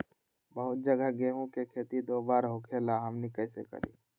बहुत जगह गेंहू के खेती दो बार होखेला हमनी कैसे करी?